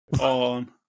on